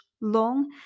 long